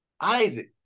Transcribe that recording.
Isaac